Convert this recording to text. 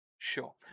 Sure